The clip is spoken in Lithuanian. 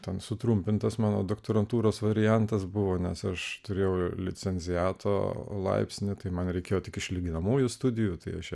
ten sutrumpintas mano doktorantūros variantas buvo nes aš turėjau licenciato laipsnį tai man reikėjo tik išlyginamųjų studijų tai aš